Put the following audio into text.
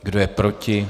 Kdo je proti?